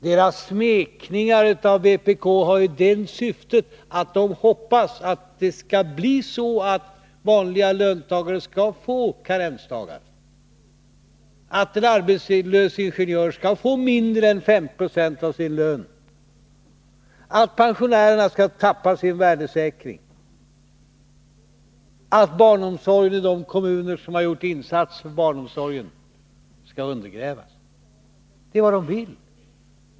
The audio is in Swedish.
Deras smekningar av vpk har ju det syftet att det skall bli så, som de hoppas, att vanliga löntagare skall få karensdagar, att en arbetslös ingenjör skall få mindre än 5 26 av sin lön, att pensionärerna skall tappa sin värdesäkring, att barnomsorgen i de kommuner som har gjort insatser för den skall undergrävas. Det är vad de vill.